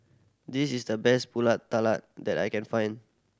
this is the best Pulut Tatal that I can find